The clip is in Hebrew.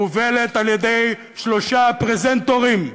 מובלת על-ידי שלושה פרזנטורים: